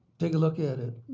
take a look at it.